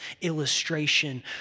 illustration